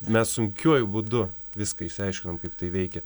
mes sunkiuoju būdu viską išsiaiškinom kaip tai veikia